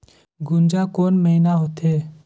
गुनजा कोन महीना होथे?